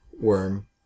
worm